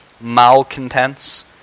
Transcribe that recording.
malcontents